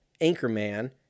Anchorman